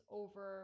over